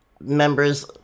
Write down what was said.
members